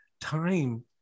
time